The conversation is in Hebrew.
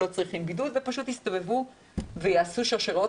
לא צריכים בידוד ופשוט יסתובבו ויעשו שרשראות